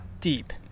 deep